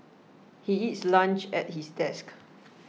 he eats lunch at his desk